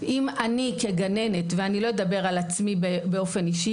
בלי כוח אדם אין מערכת חינוך.